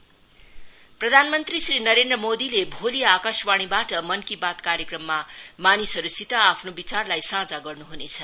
मन की बात प्रधानमंत्री श्री नरेन्द्र मोदीले भोलि आकाशवाणीबाट मनकी बात कार्यक्रममा मानिसहरु सित आफ्नो विचारलाई साझा गर्नु हुनेछ